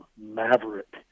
maverick